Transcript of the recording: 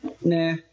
Nah